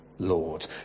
Lord